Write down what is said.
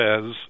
says